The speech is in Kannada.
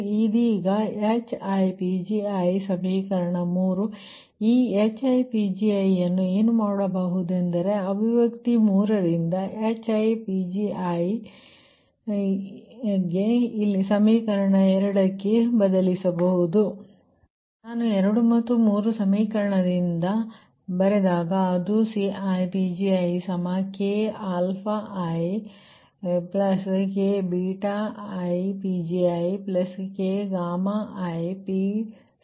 ಇದೀಗ HiPgi ಸಮೀಕರಣ 3 ಈ HiPgi ಅನ್ನು ಏನು ಮಾಡಬಹುದು ಎಂದರೆ ಅಭಿವ್ಯಕ್ತಿ 3 ರಿಂದ HiPgi ಇಲ್ಲಿ ಸಮೀಕರಣ 2 ಕ್ಕೆ ಬದಲಿಸಬಹುದು ನಾನು 2 ಮತ್ತು 3 ಸಮೀಕರಣದಿಂದ ಬರೆದಾಗ ಅದು CiPgikikiPgikiPgi2 ಈ ರೀತಿ ಇದೆ